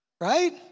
Right